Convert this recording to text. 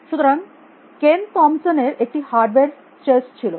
সুতরাং কেন থমসন এর একটি হার্ডওয়্যার চেস ছিল